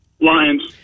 Lions